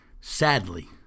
sadly